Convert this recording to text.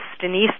Denise